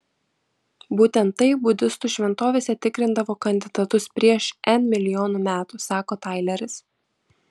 būtent taip budistų šventovėse tikrindavo kandidatus prieš n milijonų metų sako taileris